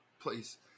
Please